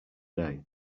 day